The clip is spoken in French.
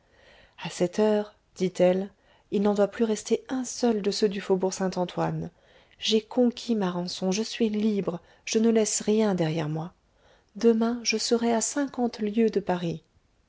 a cette heure dit-elle il n'en doit plus rester un seul de ceux du faubourg saint-antoine j'ai conquis ma rançon je suis libre je ne laisse rien derrière moi demain je serai a cinquante lieues de paris